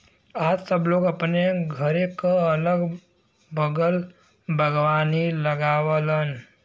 आज सब लोग अपने घरे क अगल बगल बागवानी लगावलन